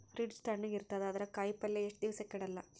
Fridge ತಣಗ ಇರತದ, ಅದರಾಗ ಕಾಯಿಪಲ್ಯ ಎಷ್ಟ ದಿವ್ಸ ಕೆಡಲ್ಲ?